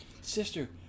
Sister